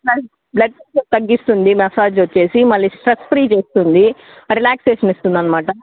plus blood pressure తగ్గిస్తుంది massage వచ్చి మళ్ళీ స్ట్రెస్ ఫ్రీ చేస్తుంది రిలాక్సేషన్ ఇస్తుంది అన్నమాట